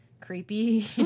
creepy